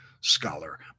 scholar